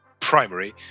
primary